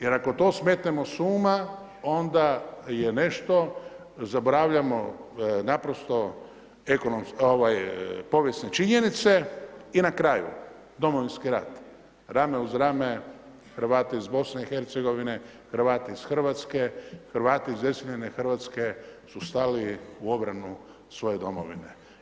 Jer ako to smetnemo s uma, onda je nešto, zaboravljamo naprosto povijesne činjenice i na kraju Domovinski rat, rame uz rame Hrvati iz BiH, Hrvati iz Hrvatske, Hrvati iz iseljene Hrvatske su stali u obranu svoje domovine.